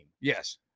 Yes